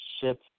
ship